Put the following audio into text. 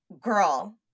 Girl